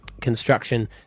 construction